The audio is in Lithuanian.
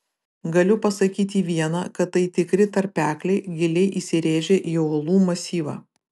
galiu pasakyti viena kad tai tikri tarpekliai giliai įsirėžę į uolų masyvą